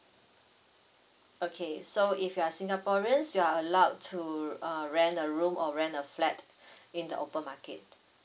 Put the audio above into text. okay so if you are singaporeans you are allowed to uh rent a room or rent a flat in the open market